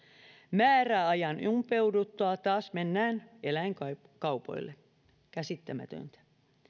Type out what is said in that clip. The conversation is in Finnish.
määräajan umpeuduttua taas mennään eläinkaupoille käsittämätöntä